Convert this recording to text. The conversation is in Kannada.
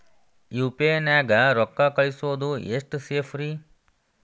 ಯು.ಪಿ.ಐ ನ್ಯಾಗ ರೊಕ್ಕ ಕಳಿಸೋದು ಎಷ್ಟ ಸೇಫ್ ರೇ?